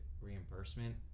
reimbursement